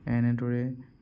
এনেদৰে